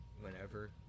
whenever